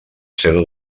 seda